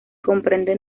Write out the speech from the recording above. comprende